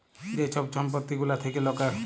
যে ছব সম্পত্তি গুলা থ্যাকে লকের